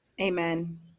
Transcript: Amen